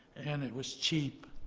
and it was cheap.